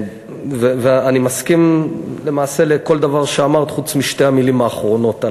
אני מסכים למעשה לכל דבר שאמרת חוץ משתי המילים האחרונות,